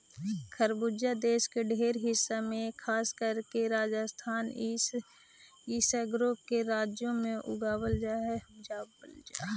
खरबूजा देश के ढेर हिस्सा में खासकर के राजस्थान इ सगरो के राज्यों में उगाबल जा हई